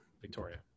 victoria